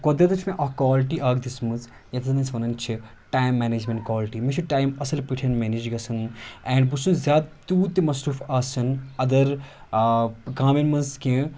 قۄدرَتَن چھِ مےٚ اکھ کالٹی اَکھ دِژمٕژ یَتھ زَن أسۍ وَنان چھِ ٹایم مٮ۪نیجمنٛٹ کالٹی مےٚ چھُ ٹایم اَصٕل پٲٹھۍ مٮ۪نیج گَژھان اینڈ بہٕ چھُس زیادٕ تیوٗت تہِ مصروٗف آسان اَدَر کامَٮ۪ن منٛز کینٛہہ